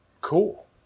Cool